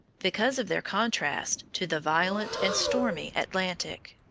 because of their contrast to the violent and stormy atlantic.